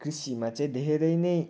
कृषिमा चाहिँ धेरै नै